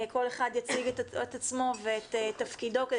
כל אחד יציג את עצמו ואת תפקידו כדי